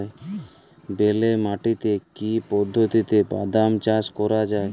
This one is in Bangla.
বেলে মাটিতে কি পদ্ধতিতে বাদাম চাষ করা যায়?